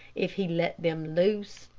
if he let them loose.